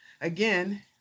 again